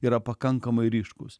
yra pakankamai ryškus